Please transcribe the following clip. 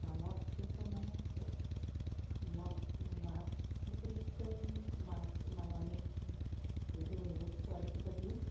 মদ শিল্প মানে মদ মাছ পুখুৰীতো মাছ মানুহ আমি সৰু সৰু পোৱালিকেইটা দিওঁ